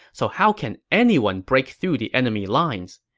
so how can anyone break through the enemy lines?